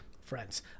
friends